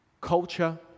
culture